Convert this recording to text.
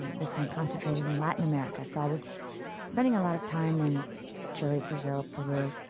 um this one concentrated in latin america. so i was spending a lot of time in chile, brazil, peru,